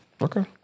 Okay